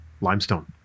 limestone